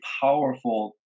powerful